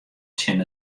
tsjin